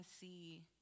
see